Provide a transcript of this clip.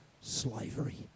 slavery